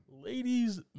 Ladies